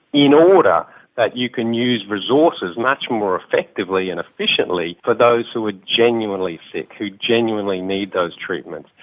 in order that you can use resources much more effectively and efficiently for those who are genuinely sick, who genuinely need those treatments.